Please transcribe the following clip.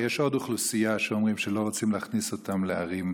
יש עוד אוכלוסייה שאומרים שלא רוצים להכניס אותם לערים: